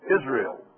Israel